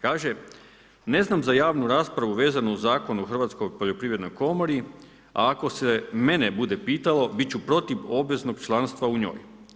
Kaže: ne znam za javnu raspravu vezanu u Zakon o Hrvatskoj poljoprivrednoj komori, a ako se mene bude pitalo, bit ću protiv obveznog članstva u njoj.